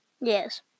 Yes